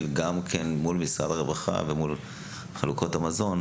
מול משרד הרווחה ומול חלוקת המזון,